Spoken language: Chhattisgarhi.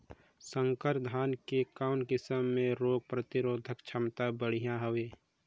संकर धान के कौन किसम मे रोग प्रतिरोधक क्षमता बढ़िया हवे?